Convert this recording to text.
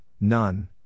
none